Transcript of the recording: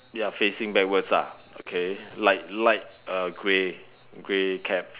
ya facing backwards lah okay like light uh grey grey cap